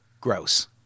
gross